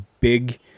big